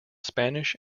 spanish